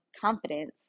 confidence